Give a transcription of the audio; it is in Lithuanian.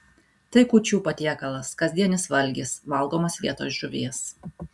tai kūčių patiekalas kasdienis valgis valgomas vietoj žuvies